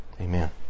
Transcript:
Amen